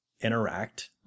interact